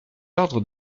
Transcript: ordre